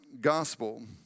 gospel